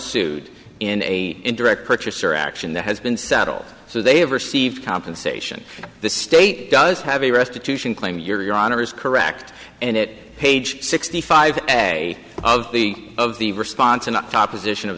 sued in a direct purchaser action that has been settled so they have received compensation the state does have a restitution claim your honor is correct and it page sixty five a of the of the response and opposition of